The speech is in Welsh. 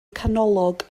canolog